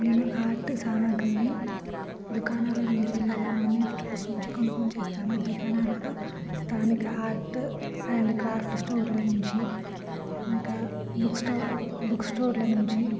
నేను ఆర్ట్ దుకాణాల నుంచి లేదా ఆన్లైన్ స్టోర్స్ నుంచి కొనుగోలు చేస్తాను దుకాణాలలో స్థానిక ఆర్ట్ అండ్ క్రాఫ్ట్ స్టోర్ల నుంచి ఇంకా బుక్ స్టో బుక్ స్టోర్ల నుంచి